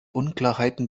unklarheiten